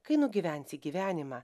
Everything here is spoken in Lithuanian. kai nugyvensi gyvenimą